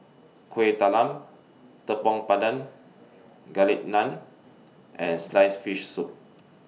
Kuih Talam Tepong Pandan Garlic Naan and Sliced Fish Soup